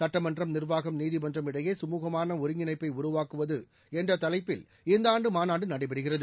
சட்டமன்றம் நிர்வாகம் நீதிமன்றம் இடையே சுமுகமான ஒருங்கிணைப்பை உருவாக்குவது என்ற தலைப்பில் இந்த ஆண்டு மாநாடு நடைபெறுகிறது